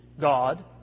God